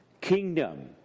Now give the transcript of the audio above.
kingdom